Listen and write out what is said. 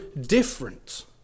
different